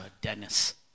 Dennis